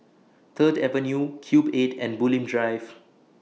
Third Avenue Cube eight and Bulim Drive